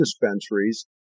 dispensaries